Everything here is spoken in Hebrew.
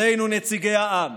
עלינו, נציגי העם,